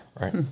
right